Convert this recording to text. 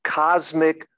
cosmic